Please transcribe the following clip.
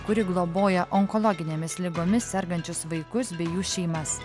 kuri globoja onkologinėmis ligomis sergančius vaikus bei jų šeimas